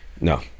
no